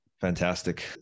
fantastic